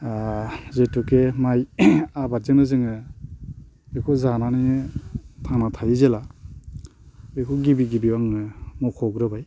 ओ जेथुके माइ आबादजोंनो जोङो बेखौ जानानै थांनानै थायो जेब्ला बेखौ गिबि गिबिआव आङो मख'ग्रोबाय